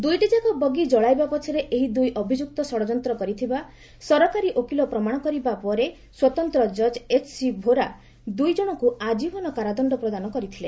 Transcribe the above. ଦୁଇଟିଯାକ ବଗି ଜଳାଇବା ପଛରେ ଏହି ଦୁଇ ଅଭିଯୁକ୍ତ ଷଡ଼ଯନ୍ତ୍ର କରିଥିବା ସରକାରୀ ଓକିଲ ପ୍ରମାଣ କରିବା ପରେ ସ୍ୱତନ୍ତ ଜଜ୍ ଏଚ୍ସି ଭୋରା ଦୁଇ ଜଣଙ୍କୁ ଆଜୀବନ କାରାଦଣ୍ଡ ପ୍ରଦାନ କରିଥିଲେ